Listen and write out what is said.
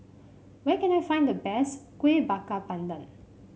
where can I find the best Kuih Bakar Pandan